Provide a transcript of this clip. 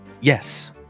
Yes